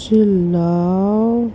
چلاؤ